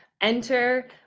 enter